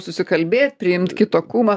susikalbėt priimt kito kūną